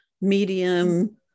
medium